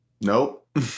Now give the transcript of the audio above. Nope